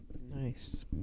Nice